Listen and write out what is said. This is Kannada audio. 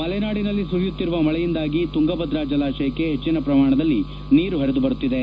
ಮಲೆನಾಡಿನಲ್ಲಿ ಸುರಿಯುತ್ತಿರುವ ಮಳೆಯಿಂದಾಗಿ ತುಂಗಭದ್ರ ಜಲಾಶಯಕ್ಕೆ ಹೆಚ್ಚಿನ ಪ್ರಮಾಣದಲ್ಲಿ ನೀರು ಹರಿದು ಬರುತ್ತಿದೆ